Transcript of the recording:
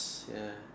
ya